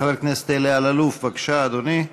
חבר הכנסת אלי אלאלוף, בבקשה, אדוני.